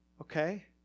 Okay